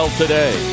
today